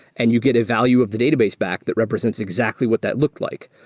and you get a value of the database back that represents exactly what that looked like,